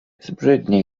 zbrzydnie